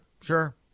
sure